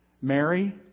Mary